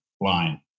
line